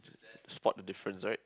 spot the difference right